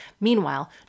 Meanwhile